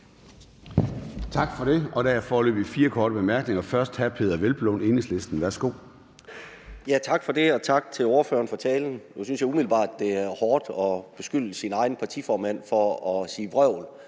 Tak for det. Der er foreløbig fire med korte bemærkninger. Først er det hr. Peder Hvelplund, Enhedslisten. Værsgo. Kl. 11:09 Peder Hvelplund (EL): Tak for det, og tak til ordføreren for talen. Nu synes jeg umiddelbart, det er hårdt at beskylde sin egen partiformand for at sige vrøvl,